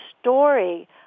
story